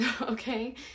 okay